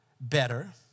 better